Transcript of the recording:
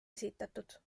esitatud